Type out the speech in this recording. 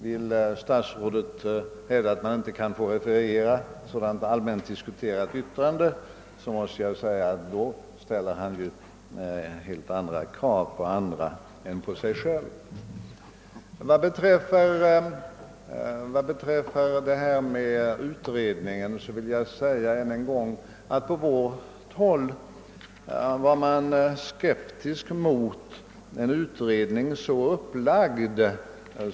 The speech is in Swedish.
Vill statsrådet hävda att man inte kan få referera ett sådant allmänt diskuterat yttrande, ställer han helt andra krav på andra än på sig själv. Från vårt håll var vi skeptiska mot en utredning om maktkoncentrationen inom näringslivet, upplagd på det sätt som föreslogs.